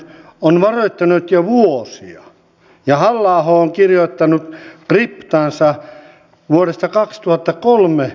sosialidemokraatit sen sijaan valtaa ja loistoa muka karttaen jättivät allekirjoittamatta koko välikysymyksen